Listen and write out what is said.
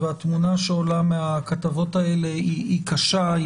והתמונה שעולה מהכתבות האלה היא קשה,